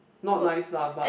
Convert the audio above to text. not nice lah but